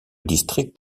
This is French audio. district